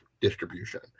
distribution